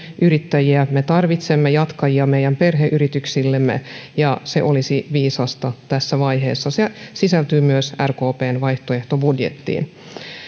yrittäjiä me tarvitsemme jatkajia meidän perheyrityksillemme ja se olisi viisasta tässä vaiheessa se sisältyy myös rkpn vaihtoehtobudjettiin